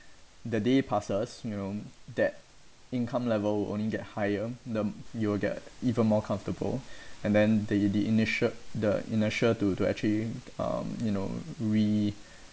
the day passes you know that income level only get higher the you'll get even more comfortable and then the the inert~ the inertia to to actually um you know re~